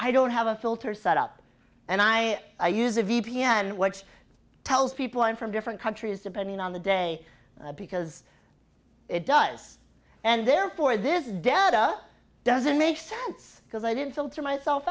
i don't have a filter set up and i use a v p n works tells people i'm from different countries depending on the day because it does and therefore this data doesn't make sense because i did filter myself